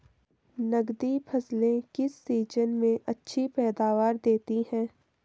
नकदी फसलें किस सीजन में अच्छी पैदावार देतीं हैं?